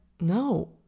no